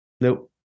Nope